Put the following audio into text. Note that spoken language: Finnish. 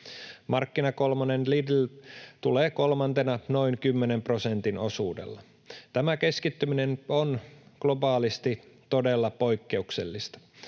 markkinakolmonen Lidl tulee kolmantena noin kymmenen prosentin osuudella. Tämä keskittyminen on globaalisti todella poikkeuksellista.